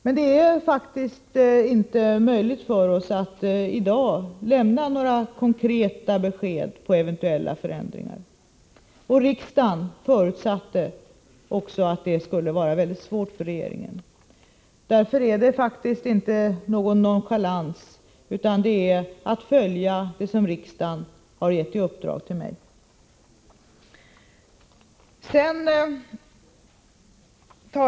Men det är faktiskt inte möjligt för oss att i dag lämna några konkreta besked rörande eventuella förändringar. Riksdagen förutsatte också att något sådant skulle vara väldigt svårt för regeringen. Därför är det faktiskt inte nonchalans jag gör mig skyldig till nu, utan jag följer riksdagens uppdrag till mig.